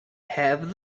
have